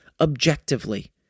objectively